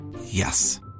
Yes